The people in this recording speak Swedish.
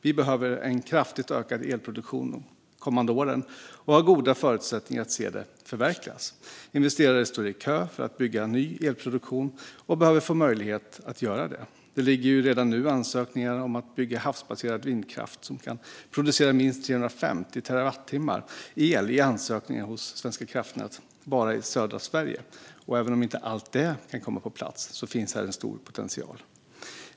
Vi behöver en kraftigt ökad elproduktion de kommande åren och har goda förutsättningar att se det förverkligas. Investerare står i kö för att bygga ny elproduktion och behöver få möjlighet att göra det. Det ligger redan nu ansökningar hos Svenska kraftnät om att bygga havsbaserad vindkraft som kan producera minst 350 terawattimmar el bara i södra Sverige. Och även om inte allt detta kan komma på plats finns här en stor potential.